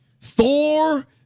Thor